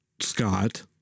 scott